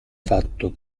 fatto